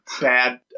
bad